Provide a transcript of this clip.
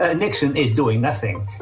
ah niksen is doing nothing,